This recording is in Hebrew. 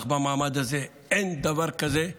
במעמד הזה אני יכול להבטיח לך שאין דבר כזה.